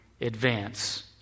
advance